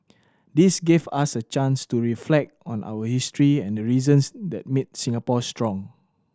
this gave us a chance to reflect on our history and the reasons that made Singapore strong